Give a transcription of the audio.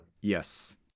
yes